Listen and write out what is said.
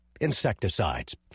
insecticides